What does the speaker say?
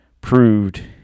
proved